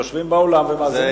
יושבים באולם ומאזינים.